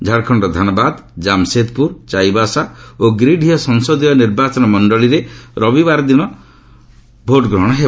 ଝାଡ଼ଖଣ୍ଡର ଧାନବାଦ କାମସେଦପୁର ଚାଇବାସା ଓ ଗିରିଡିହ ସଂସଦୀୟ ନିର୍ବାଚନ ମଣ୍ଡଳୀରେ ରବିବାରଦିନ ହେବ